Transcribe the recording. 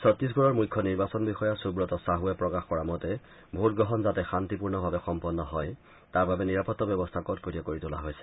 চট্টিছগড়ৰ মূখ্য নিৰ্বাচন বিষযা সুৱত ছাহুৱে প্ৰকাশ কৰা মতে ভোট গ্ৰহণ যাতে শান্তিপূৰ্ণবাৱে সম্পন্ন হয় তাৰ বাবে নিৰাপত্তা ব্যৱস্তা কটকটীয়া কৰি তোলা হৈছে